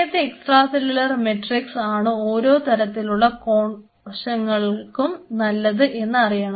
ഏത് extracellular matrix ആണ് ഓരോ തരത്തിലുള്ള കോശങ്ങൾക്കും നല്ലത് എന്ന് അറിയണം